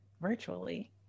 virtually